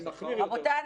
רבותיי,